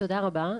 תודה רבה.